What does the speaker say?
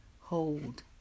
hold